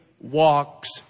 walks